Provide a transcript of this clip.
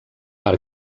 per